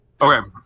Okay